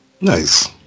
nice